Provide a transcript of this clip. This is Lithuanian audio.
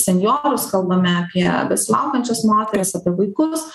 senjorus kalbame apie besilaukiančias moteris apie vaikus